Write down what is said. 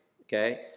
Okay